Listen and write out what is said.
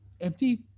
empty